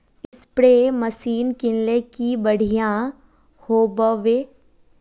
Spray machine किनले की बढ़िया होबवे?